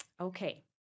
okay